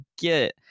get